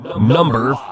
Number